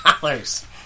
dollars